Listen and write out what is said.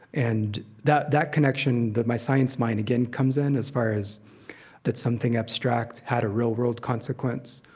and that that connection, that my science mind again comes in, as far as that something abstract had a real-world consequence.